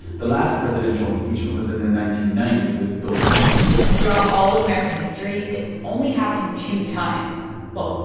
the last presidential impeachment was in the nineteen ninety s with bill clinton throughout all of american history, it's only happened two times well,